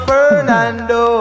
Fernando